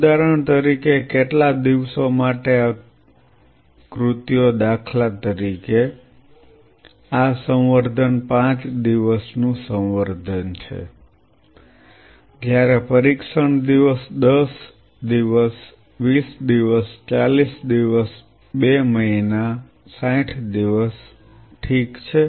ઉદાહરણ તરીકે કેટલા દિવસો માટે આ કૃત્યો દાખલા તરીકે આ સંવર્ધન 5 દિવસ નું સંવર્ધન છે જ્યારે પરીક્ષણ દિવસ 10 દિવસ 20 દિવસ 40 દિવસ 2 મહિના 60 દિવસ ઠીક છે